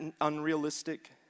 unrealistic